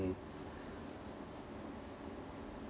mm